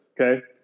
Okay